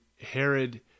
Herod